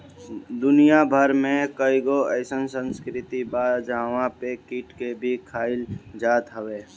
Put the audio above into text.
दुनिया भर में कईगो अइसन संस्कृति बा जहंवा पे कीट के भी खाइल जात हवे